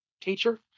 teacher